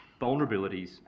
vulnerabilities